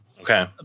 Okay